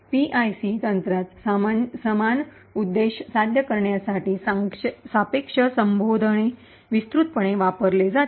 PIC तंत्रात समान उद्देश साध्य करण्यासाठी सापेक्ष संबोधणे विस्तृतपणे वापरले जाते